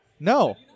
No